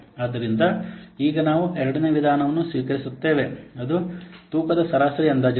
ಆದ್ದರಿಂದ ಈಗ ನಾವು ಎರಡನೆಯ ವಿಧಾನವನ್ನು ಸ್ವೀಕರಿಸುತ್ತೇವೆ ಅದು ತೂಕದ ಸರಾಸರಿ ಅಂದಾಜುಗಳು